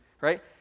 right